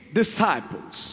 disciples